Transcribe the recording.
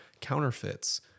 counterfeits